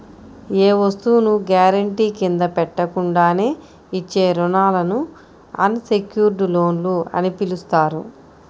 ఏ వస్తువును గ్యారెంటీ కింద పెట్టకుండానే ఇచ్చే రుణాలను అన్ సెక్యుర్డ్ లోన్లు అని పిలుస్తారు